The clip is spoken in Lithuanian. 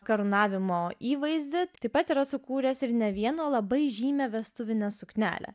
karūnavimo įvaizdį taip pat yra sukūręs ir ne vieno labai žymią vestuvinę suknelę